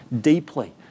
deeply